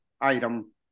item